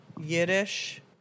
Yiddish